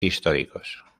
históricos